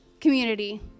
community